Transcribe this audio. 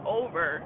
over